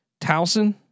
Towson